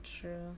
true